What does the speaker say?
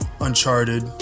Uncharted